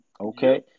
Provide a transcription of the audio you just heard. Okay